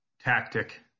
tactic